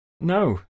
No